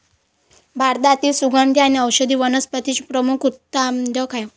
भारतातील सुगंधी आणि औषधी वनस्पतींचे प्रमुख उत्पादक आहेत